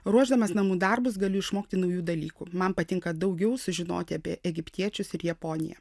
ruošdamas namų darbus galiu išmokti naujų dalykų man patinka daugiau sužinoti apie egiptiečius ir japoniją